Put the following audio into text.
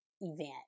event